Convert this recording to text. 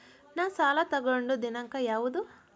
ನಾ ಸಾಲ ತಗೊಂಡು ದಿನಾಂಕ ಯಾವುದು?